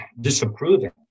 disapproving